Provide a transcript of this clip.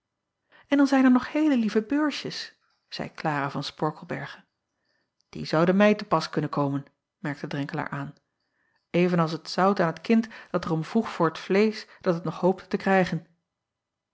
n dan zijn er nog heele lieve beursjes zeî lara van porkelberghe ie zouden mij te pas kunnen komen merkte ren acob van ennep laasje evenster delen kelaer aan even als t zout aan het kind dat er om vroeg voor het vleesch dat het nog hoopte te krijgen